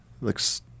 looks